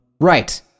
Right